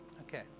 Okay